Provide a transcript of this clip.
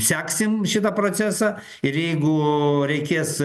seksim šitą procesą ir jeigu reikės